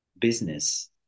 business